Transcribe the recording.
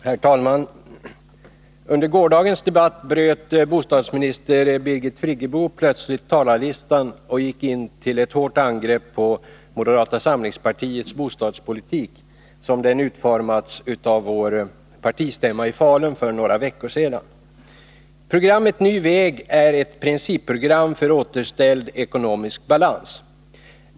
Herr talman! Under gårdagens debatt bröt bostadsminister Birgit Friggebo plötsligt talarlistan och gick till hårt angrepp mot moderata samlingspartiets bostadspolitik, som den utformats av vår partistämma i Falun för några veckor sedan. Programmet Ny väg är ett principprogram för återställd ekonomisk balans.